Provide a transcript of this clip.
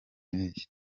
mpeshyi